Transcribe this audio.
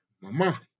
mama